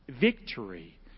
victory